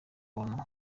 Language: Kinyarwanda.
bantu